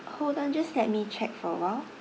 hold on just let me check for a while